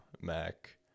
Mac